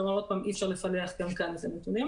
כלומר, שוב, גם כאן אי אפשר לפלח את הנתונים.